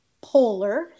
polar